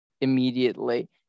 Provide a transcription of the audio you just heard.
immediately